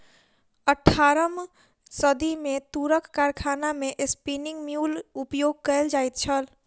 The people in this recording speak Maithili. अट्ठारम सदी मे तूरक कारखाना मे स्पिन्निंग म्यूल उपयोग कयल जाइत छल